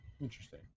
Interesting